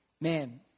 Man